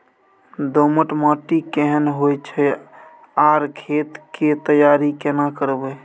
दोमट माटी केहन होय छै आर खेत के तैयारी केना करबै?